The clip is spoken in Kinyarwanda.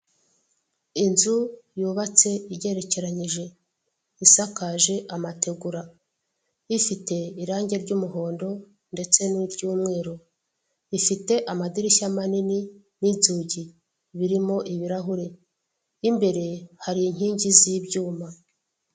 Inzu yubatse igererekeranyije isakaje amategura, ifite irangi ry'umuhondo ndetse niryumweru, ifite amadirishya manini n'inzugi birimo ibirahuri, imbere hari inkingi z'ibyuma.